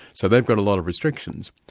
so they've got a lot of restrictions.